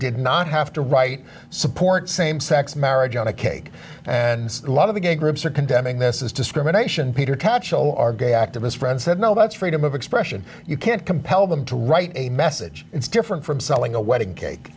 did not have to right support same sex marriage on a cake and a lot of the gay groups are condemning this is discrimination peter tatchell our gay activist friend said no that's freedom of expression you can't compel them to write a message it's different from selling a wedding cake